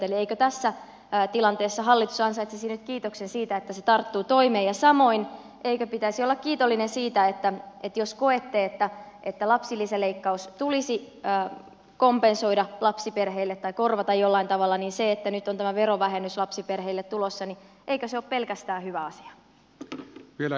eli eikö tässä tilanteessa hallitus ansaitsisi nyt kiitoksen siitä että se tarttuu toimeen ja samoin eikö pitäisi olla kiitollinen siitä että jos koette että lapsilisäleikkaus tulisi kompensoida lapsiperheille tai korvata jollain tavalla niin eikö se että nyt on tämä verovähennys lapsiperheille tulossa ole pelkästään hyvä asia